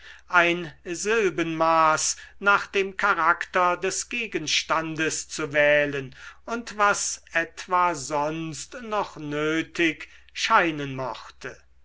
ein silbenmaß nach dem charakter des gegenstandes zu wählen und was etwa sonst noch nötig scheinen mochte